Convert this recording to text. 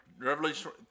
revelation